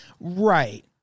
Right